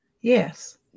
yes